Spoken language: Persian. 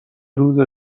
روز